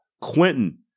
Quentin